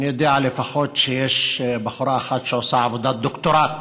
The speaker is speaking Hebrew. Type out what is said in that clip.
אני יודע שיש בחורה אחת לפחות שעושה עבודת דוקטורט